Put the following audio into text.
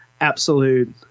absolute